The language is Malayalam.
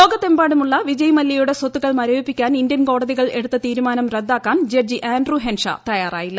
ലോകത്തെമ്പാടുമുള്ള വിജയ്മല്യയുടെ സ്വത്തുക്കൾ മരവിപ്പിക്കാൻ ഇന്ത്യൻ കോടതികൾ എടുത്ത തീരുമാനം റദ്ദാക്കാൻ ജഡ്ജി ആൻഡ്രു ഹെൻഷാ തയ്യാറായില്ല